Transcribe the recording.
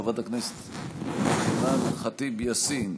חברת הכנסת אימאן ח'טיב יאסין,